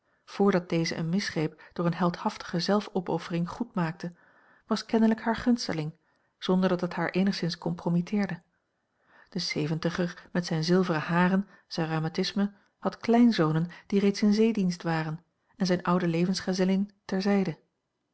deze een misgreep door een heldhaftige zelfopoffering goed maakte was kennelijk haar gunsteling zonder dat het haar eenigszins compromitteerde de zeventiger met zijn zilveren haren zijn rheumatisme had kleinzonen die reeds in zeedienst waren en zijne oude levensgezellin